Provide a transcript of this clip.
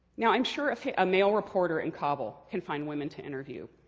now, i'm sure a male reporter in kabul can find women to interview.